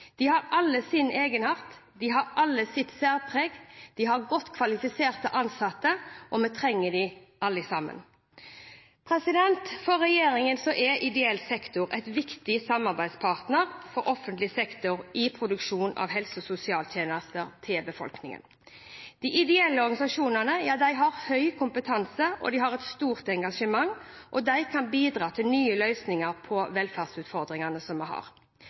De har alle sin egenart, de har alle sitt særpreg, de har godt kvalifiserte ansatte, og vi trenger dem alle sammen. For regjeringen er ideell sektor en viktig samarbeidspartner for offentlig sektor i produksjonen av helse- og sosialtjenester til befolkningen. De ideelle organisasjonene har høy kompetanse og et stort engasjement, og de kan bidra til nye løsninger på velferdsutfordringene som vi har,